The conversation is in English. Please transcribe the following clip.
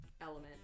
element